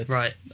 right